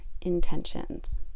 intentions